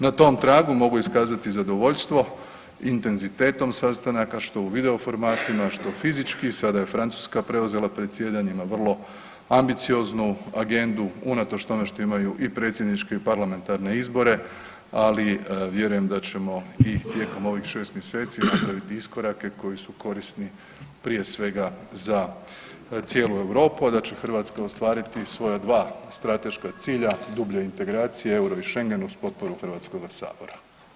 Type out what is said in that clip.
Na tom tragu mogu iskazati zadovoljstvo intenzitetom sastanaka što u video formatima, što fizički, sada je Francuska preuzela predsjedanje, ima vrlo ambicioznu agendu unatoč tome što imaju i predsjedniče i parlamentarne izbore, ali vjerujem da ćemo i tijekom ovih 6 mjeseci napraviti iskorake koji su korisni, prije svega za cijelu Europu, a da će Hrvatska ostvariti svoja dva strateška cilja, dublja integracija, euro i Schengen uz potporu HS-a.